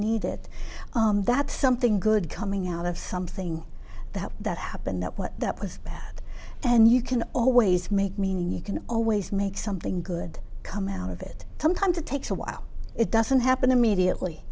need it that's something good coming out of something that that happened that what that was bad and you can always make meaning you can always make something good come out of it sometimes it takes a while it doesn't happen immediately